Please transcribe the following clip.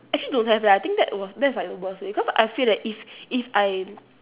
actually don't have leh I think that was that's like the worst way cause I feel that if if I